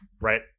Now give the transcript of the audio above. right